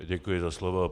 Děkuji za slovo.